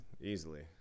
easily